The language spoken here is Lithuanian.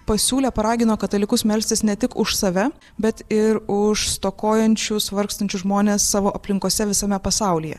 pasiūlė paragino katalikus melstis ne tik už save bet ir už stokojančius vargstančius žmones savo aplinkose visame pasaulyje